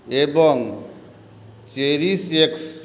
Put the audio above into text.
ଏବଂ ଚେରିସିଏକ୍ସ୍